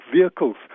vehicles